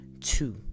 two